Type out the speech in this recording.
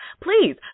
Please